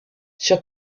sur